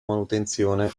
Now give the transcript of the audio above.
manutenzione